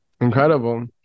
Incredible